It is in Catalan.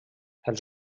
els